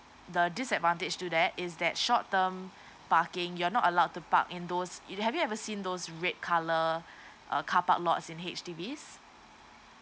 the disadvantage to that is that short term parking you are not allowed to park in those it have you ever seen those red colour uh carpark lots in H_D_B